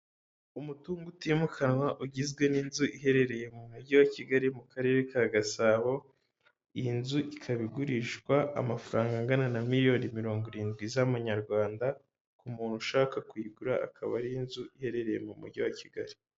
Umutungo utimukanwa ugizwe n'inzu iherereye mu mujyi wa Kigali mu karere ka Gasabo, iyi nzu ikaba igurishwa amafaranga angana na miriyoni mirongo irindwi z'amanyarwanda, ku muntu ushaka kuyigura akaba ari inzu iherereye mu mujyi wa Kigali.